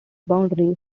boundaries